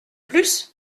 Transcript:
plus